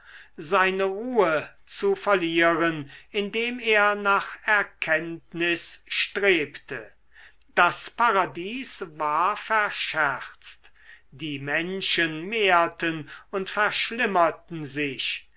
seine ruhe zu verlieren indem er nach erkenntnis strebte das paradies war verscherzt die menschen mehrten und verschlimmerten sich